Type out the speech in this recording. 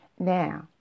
Now